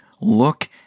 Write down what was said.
Look